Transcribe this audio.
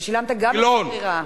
ושילמת גם את הגרירה.